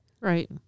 Right